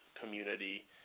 community